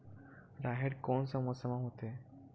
राहेर कोन मौसम मा होथे?